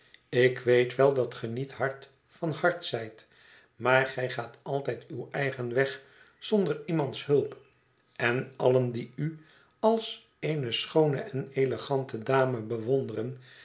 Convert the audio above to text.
ik weet wel dat gij niet hard van hart zijt maar gij gaat altijd uw eigen weg zonder iemands hulp en allen die u als eene schoone en elegante dame bewonderen